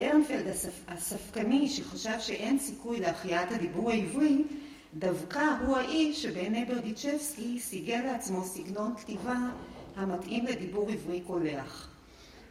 ארנפלד הספקני שחשב שאין סיכוי להחייאת הדיבור העברי דווקא הוא האיש שבעיני ברדיצ'בסקי סיגל לעצמו סגנון כתיבה המתאים לדיבור עברי קולח.